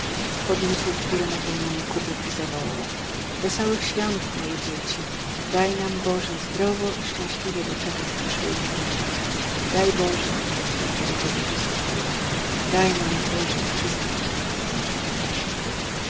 podniósł w górę napełniony kubek i zawołał wesołych świąt moje dzieci daj nam boże zdrowo i szczęśliwie doczekać przyszłej wigilji daj boże odpowiedzieli wszyscy chórem daj nam boże wszystkim dokończył tomaszek